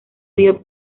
dio